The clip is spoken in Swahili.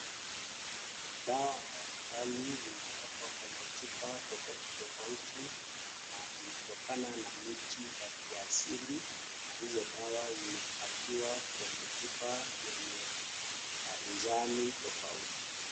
Dawa mbalimbali zimeekwa kwenye chupa tofauti tofauti na zinatokana na miti ya kiasili na hizo dawa zimepakiwa kwenye chupa zenye uzani tofauti.